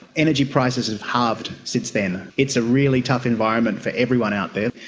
energy prices have halved since then. it's a really tough environment for everyone out there.